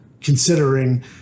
considering